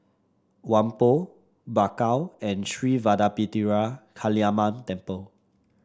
Whampoa Bakau and Sri Vadapathira Kaliamman Temple